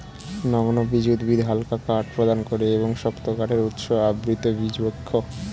নগ্নবীজ উদ্ভিদ হালকা কাঠ প্রদান করে এবং শক্ত কাঠের উৎস আবৃতবীজ বৃক্ষ